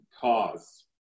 cause